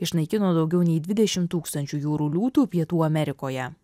išnaikino daugiau nei dvidešimt tūkstančių jūrų liūtų pietų amerikoje